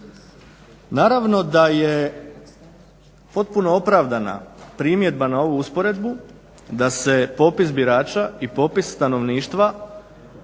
Naravno da je potpuno opravdana primjedba na ovu usporedbu da se popis birača i popis stanovništva